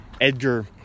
edgar